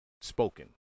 spoken